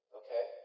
okay